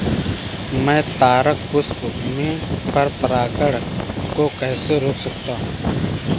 मैं तारक पुष्प में पर परागण को कैसे रोक सकता हूँ?